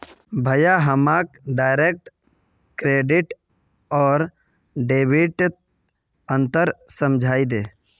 भाया हमाक direct credit आर डेबिटत अंतर समझइ दे